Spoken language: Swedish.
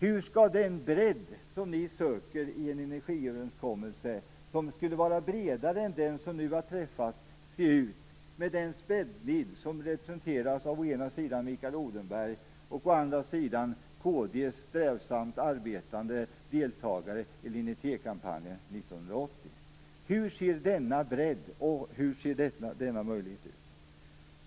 Hur skall den bredd som ni söker i en energiöverenskommelse se ut - en överenskommelse som skulle vara bredare än den som nu har träffats - med den spännvidd som representeras av å ena sidan Mikael Odenberg, å andra sidan kd:s strävsamt arbetande deltagare i linje 3 kampanjen 1980? Hur ser denna bredd och denna möjlighet ut?